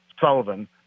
Sullivan